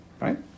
Right